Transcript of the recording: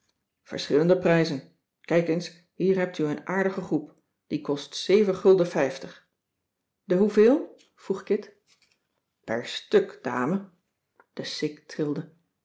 verschillende prijzen kijk eens hier hebt u een aardige groep die kost zeven gulden vijftig de hoeveel vroeg kit cissy van